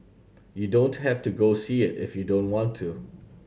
you don't have to go see it if you don't want to